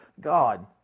God